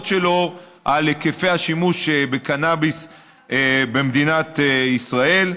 שלו על היקפי השימוש בקנאביס במדינת ישראל.